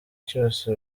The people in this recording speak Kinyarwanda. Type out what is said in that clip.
cyose